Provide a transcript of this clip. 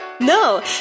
No